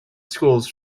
schools